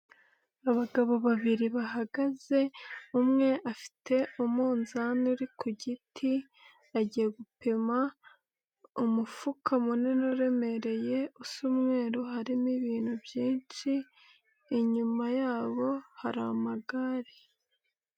Abagabo babiri bahagaze umwe afite umunzani uri ku giti, agiye gupima umufuka munini uremereye usa umweru harimo ibintu byinshi, inyuma yabo hari amagare.